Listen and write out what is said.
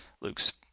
Luke's